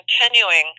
continuing